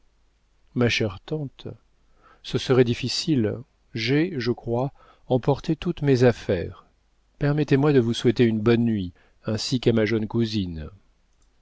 ma chère tante ce serait difficile j'ai je crois emporté toutes mes affaires permettez-moi de vous souhaiter une bonne nuit ainsi qu'à ma jeune cousine